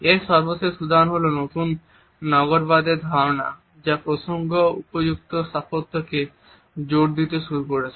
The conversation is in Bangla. এর সর্বশেষ উদাহরণটি হল নতুন নগরবাদের ধারণা যা প্রসঙ্গ উপযুক্ত স্থাপত্যকে জোর দিতে শুরু করেছে